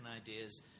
ideas